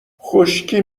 خشکی